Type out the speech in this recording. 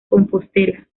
compostela